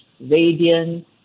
radiant